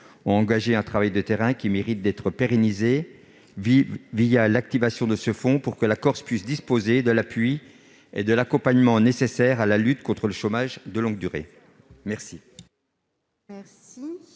ont engagé un travail de terrain qui mérite d'être pérennisé l'activation de ce fonds. Ainsi, la Corse pourra disposer de l'appui et de l'accompagnement nécessaires à la lutte contre le chômage de longue durée.